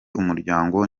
umuryango